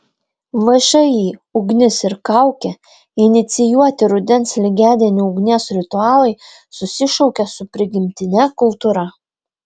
všį ugnis ir kaukė inicijuoti rudens lygiadienių ugnies ritualai susišaukia su prigimtine kultūra